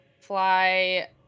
fly